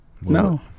No